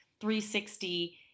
360